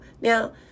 Now